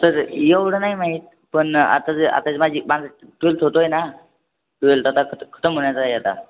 sir एवढं नाही माहीत पण आता जे आता जे माझी माझं ट्वेल्थ होतोय ना ट्वेल्थ आता खत खतम होण्याचं आहे हे आहे आता